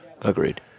Agreed